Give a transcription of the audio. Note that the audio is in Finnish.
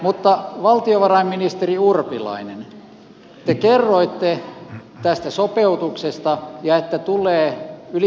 mutta valtiovarainministeri urpilainen te kerroitte tästä sopeutuksesta ja että tulee yli miljardin leikkaukset